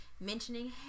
Mentioning